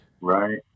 Right